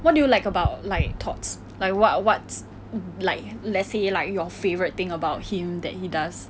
what do you like about like todds like what what's like let's say like your favourite thing about him that he does